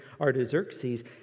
Artaxerxes